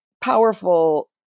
powerful